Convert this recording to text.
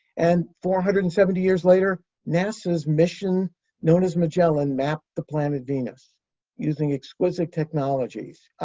and four hundred and seventy years later, nasa's mission known as magellan mapped the planet venus using exquisite technologies,